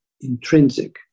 intrinsic